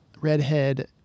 Redhead